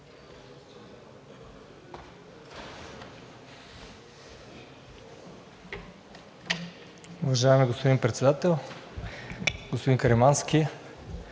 Уважаеми господин Председател! Господин Каримански,